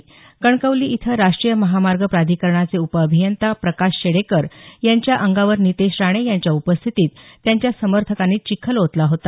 काल कणकवली इथं राष्ट्रीय महामार्ग प्राधिकरणाचे उपअभियंता प्रकाश शेडेकर यांच्या अंगावर नितेश राणे यांच्या उपस्थितीत त्यांच्या समर्थकांनी चिखल ओतला होता